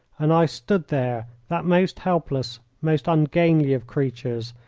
and i stood there that most helpless, most ungainly of creatures,